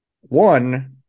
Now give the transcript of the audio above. One